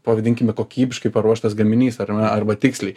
pavadinkime kokybiškai paruoštas gaminys ar arba tiksliai